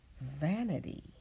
vanity